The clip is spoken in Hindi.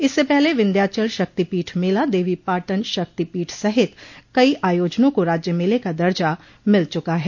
इससे पहले विंध्यांचल शक्ति पीठ मेला देवी पाटन शक्ति पीठ सहित कई आयोजनों को राज्य मेले का दर्जा मिल चुका है